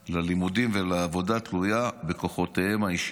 ללימודים ולעבודה תלויה בכוחותיהם האישיים